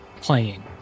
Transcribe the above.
playing